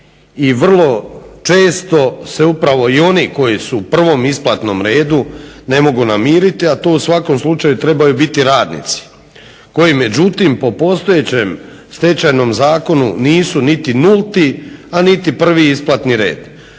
i vrlo često se upravo i oni koji su u prvom isplatnom redu ne mogu namiriti, a to u svakom slučaju trebaju biti radnici koji međutim, po postojećem Stečajnom zakonu nisu niti nulti, a niti prvi isplatni red